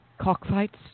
cockfights